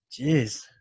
Jeez